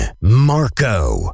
Marco